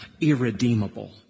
irredeemable